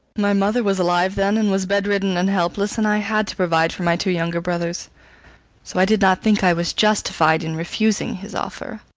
my mother was alive then, and was bedridden and helpless, and i had to provide for my two younger brothers so i did not think i was justified in refusing his offer.